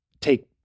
take